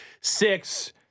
six